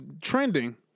trending